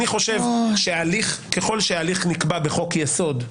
אני חושב ככל שההליך נקבע בחוק יסוד,